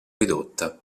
ridotta